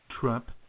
Trump